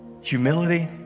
humility